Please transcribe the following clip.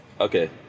Okay